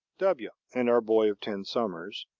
w and our boy of ten summers,